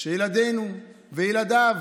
שילדינו וילדיו